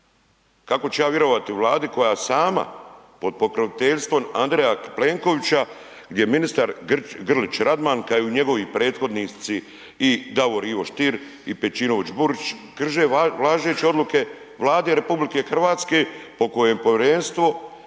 kako ću ja vjerovati Vladi koja sama pod pokroviteljstvom Andreja Plenkovića gdje ministar Grlić Radman kao i njegovi prethodnici i Davor Ivo Stier i Pejčinović-Burić krše važeće odluke Vlade RH po kojem povjerenstvo